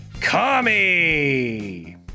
Kami